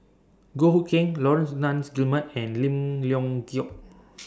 Goh Hood Keng Laurence Nunns Guillemard and Lim Leong Geok